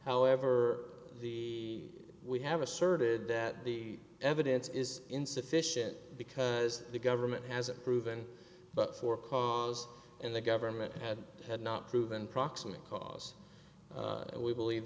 however the we have asserted that the evidence is insufficient because the government hasn't proven but for cause and the government had had not proven proximate cause we believe